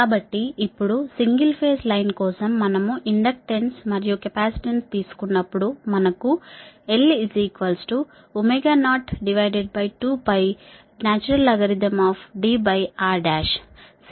కాబట్టి ఇప్పుడు single phase line కోసం మనం ఇండక్టెన్స్ మరియు కెపాసిటెన్స్ తీసుకున్నప్పుడు మనకు L02lnDrC 20lnDrవచ్చింది